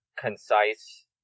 concise